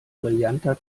brillanter